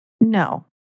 no